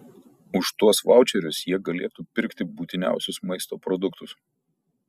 už tuos vaučerius jie galėtų pirkti būtiniausius maisto produktus